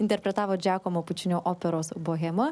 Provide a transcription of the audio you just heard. interpretavo džiakomo pučinio operos bohema